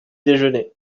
déjeuner